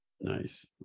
Nice